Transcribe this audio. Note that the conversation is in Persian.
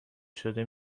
شده